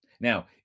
Now